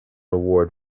award